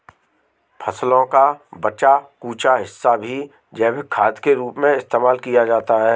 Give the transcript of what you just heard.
फसलों का बचा कूचा हिस्सा भी जैविक खाद के रूप में इस्तेमाल किया जाता है